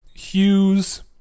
Hughes